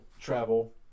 travel